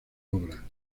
obra